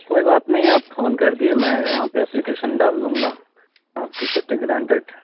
کوئی بات نہیں آپ فون کر دیے میں یہاں پہ اپلیکیشن ڈال دوں گا آپ کی چھٹی گرانٹیڈ